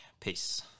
Peace